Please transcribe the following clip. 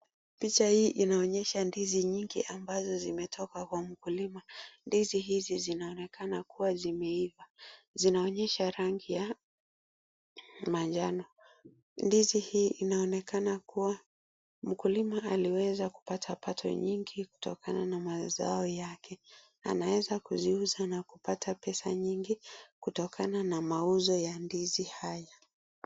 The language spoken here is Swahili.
Picha hii inaonyesha ndizi nyingi ambazo zimetoka kwa mkulima, ndizi hizi zinaonekana kuwa zimeiva, zinaonyesha rangi ya manjano, ndizi hii inaonekana kuwa mkulima aliweza kupata pato nyingi kutokana na mazao yake, anaweza kuziuza na kupata pesa nyingi kutokana na mauzo ya ndizi haya.